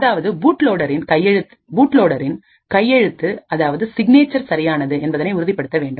அதாவது பூட்லோடேரின் கையெழுத்து அதாவது சிக்னேச்சர் சரியானது என்பதை உறுதிப்படுத்த வேண்டும்